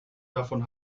davon